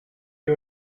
you